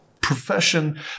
profession